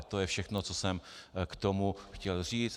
To je všechno, co jsem k tomu chtěl říct.